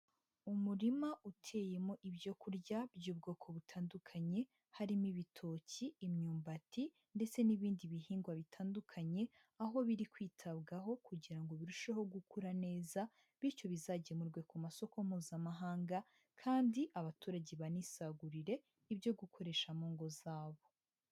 Umurima uteyemo ibyo kurya by'ubwoko butandukanye, harimo ibitoki, imyumbati ndetse n'ibindi bihingwa bitandukanye, aho biri kwitabwaho kugira ngo birusheho gukura neza bityo bizagemurwe ku masoko Mpuzamahanga kandi abaturage banisagurire ibyo gukoresha mu ngo zabo.